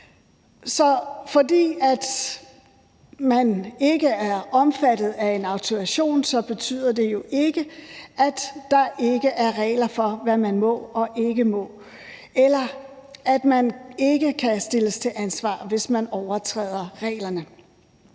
Så fordi man ikke er omfattet af en autorisation, betyder det jo ikke, at der ikke er regler for, hvad man må og ikke må, eller at man ikke kan stilles til ansvar, hvis man overtræder reglerne.